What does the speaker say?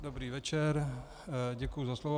Dobrý večer, děkuji za slovo.